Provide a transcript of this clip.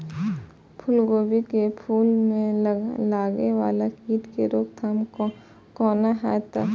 फुल गोभी के फुल में लागे वाला कीट के रोकथाम कौना हैत?